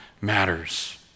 matters